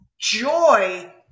joy